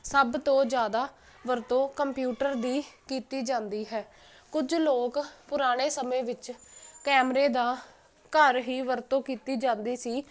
ਸਭ ਤੋਂ ਜ਼ਿਆਦਾ ਵਰਤੋਂ ਕੰਪਿਊਟਰ ਦੀ ਕੀਤੀ ਜਾਂਦੀ ਹੈ ਕੁਝ ਲੋਕ ਪੁਰਾਣੇ ਸਮੇਂ ਵਿੱਚ ਕੈਮਰੇ ਦਾ ਘਰ ਹੀ ਵਰਤੋਂ ਕੀਤੀ ਜਾਂਦੀ ਸੀ